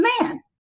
man